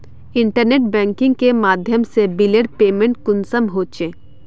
Internet banking के माध्यम से बिलेर पेमेंट कुंसम होचे?